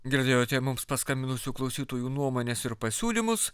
girdėjote mums paskambinusių klausytojų nuomones ir pasiūlymus